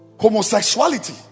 homosexuality